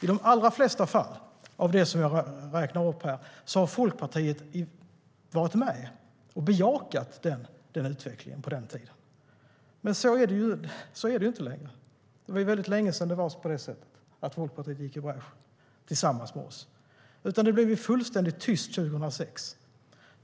I de allra flesta fall av de jag räknat upp var Folkpartiet med och bejakade utvecklingen på den tiden, men så är det inte längre. Det är väldigt länge sedan Folkpartiet gick i bräschen tillsammans med oss. Det blev fullständigt tyst 2006.